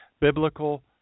biblical